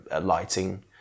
lighting